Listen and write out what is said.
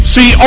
See